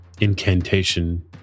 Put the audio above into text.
incantation